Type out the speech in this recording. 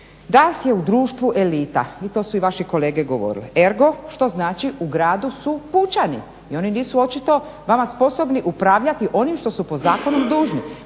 danas je u društvu elita i to su i vaše kolege govorile ergo što znači u gradu su pučani i oni nisu očito vama sposobni upravljati onim što su po zakonu dužni.